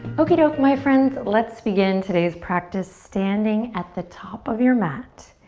okie doke my friends, let's begin today's practice standing at the top of your mat.